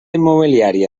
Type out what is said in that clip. immobiliària